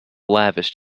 lavish